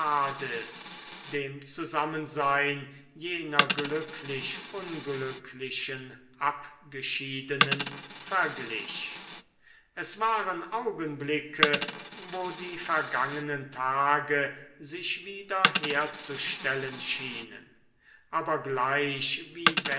dem zusammensein jener glücklich unglücklichen abgeschiedenen verglich es waren augenblicke wo die vergangenen tage sich wieder herzustellen schienen aber gleich wie